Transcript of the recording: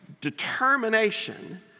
determination